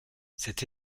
cette